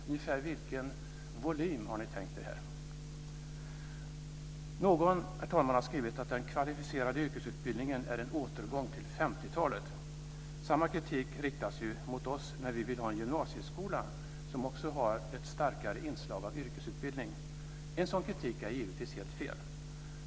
Ungefär vilken volym har ni tänkt er? Herr talman! Någon har skrivit att den kvalificerade yrkesutbildningen är en återgång till 50-talet. Samma kritik har riktats mot oss eftersom vi vill ha en gymnasieskola med ett starkare inslag av yrkesutbildning. En sådan kritik är givetvis helt fel.